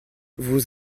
vous